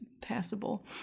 passable